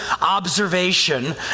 observation